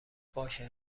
باشه